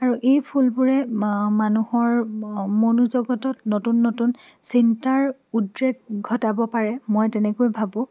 আৰু এই ফুলবোৰে মানুহৰ মনোজগতত নতুন নতুন চিন্তাৰ উদ্ৰেক ঘটাব পাৰে মই তেনেকৈ ভাবোঁ